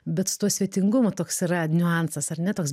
bet su tuo svetingumu toks yra niuansas ar ne toks